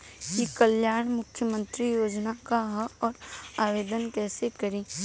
ई कल्याण मुख्यमंत्री योजना का है और आवेदन कईसे करी?